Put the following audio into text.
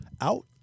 out